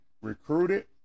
recruited